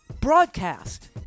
broadcast